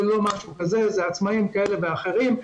אלא עצמאים כאלה ואחרים.